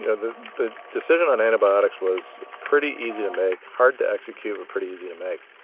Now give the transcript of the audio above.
yeah the the decision on antibiotics was pretty easy to make. hard to execute, but pretty easy to make.